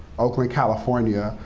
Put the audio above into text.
oakland, california,